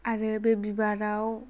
आरो बे बिबाराव